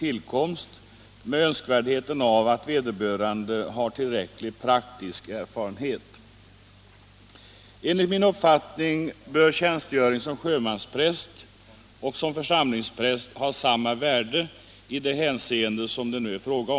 Även om denna begränsning möjligen en gång har haft fog för sig så framstår det numera som en förlegad inskränkning att sjömansprästtjänst inte nu skulle betraktas som jämställd med prästerlig tjänstgöring inom svenska kyrkan.